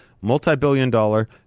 multi-billion-dollar